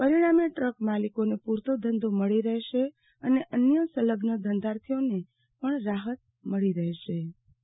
પરિણામે ટ્રક માલિકોને પુરતો ધંધો મળી રહેશે અને અચ સંલગ્ન ધંધાર્થીઓને રાહત મળી રહેશે આરતીબેન ભદ્દ જી